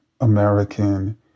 American